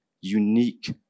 unique